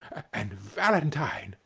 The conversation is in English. and valentine,